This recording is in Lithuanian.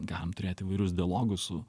galim turėt įvairius dialogus su